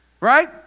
right